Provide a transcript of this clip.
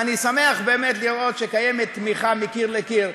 ואני שמח באמת לראות שקיימת תמיכה מקיר לקיר.